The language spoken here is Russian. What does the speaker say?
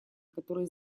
которые